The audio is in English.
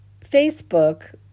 Facebook